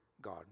God